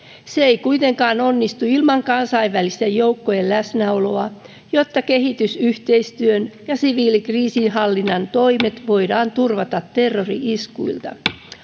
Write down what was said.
se ei kuitenkaan onnistu ilman kansainvälisten joukkojen läsnäoloa jotta kehitysyhteistyön ja siviilikriisinhallinnan toimet voidaan turvata terrori iskuilta